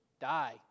Die